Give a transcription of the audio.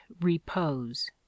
repose